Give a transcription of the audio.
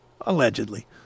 allegedly